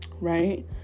right